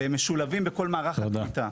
למשולבים בכל מערך הקליטה.